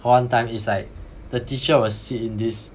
one time is like the teacher will sit in this